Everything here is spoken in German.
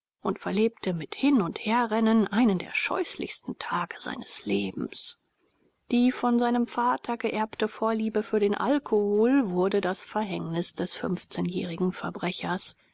und verlebte mit hin und herrennen einen der scheußlichsten tage seines lebens die von seinem vater geerbte vorliebe für den alkohol wurde das verhängnis des fünfzehnjährigen verbrechers